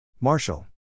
Marshall